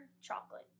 chocolate